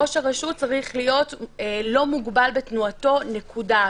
ראש הרשות צריך להיות לא מוגבל בתנועתו, נקודה.